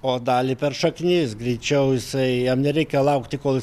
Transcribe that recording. o dalį per šaknis greičiau jisai jam nereikia laukti kol